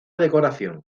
decoración